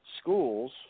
schools